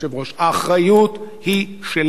היא שלנו,